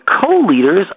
co-leaders